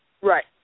Right